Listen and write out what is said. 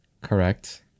Correct